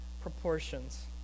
proportions